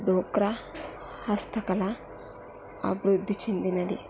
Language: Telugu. డోక్రా హస్తకళ అభివృద్ధి చెందింది